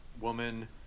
woman